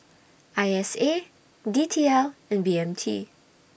I S A D T L and B M T